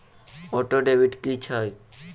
Auto debit की छैक?